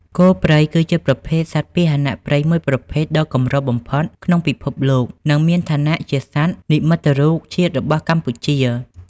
គោព្រៃ គឺជាប្រភេទសត្វពាហនៈព្រៃមួយប្រភេទដ៏កម្របំផុតក្នុងពិភពលោក និងមានឋានៈជា សត្វនិមិត្តរូបជាតិរបស់កម្ពុជា។